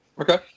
Okay